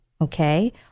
Okay